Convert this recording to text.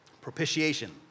Propitiation